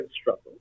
struggle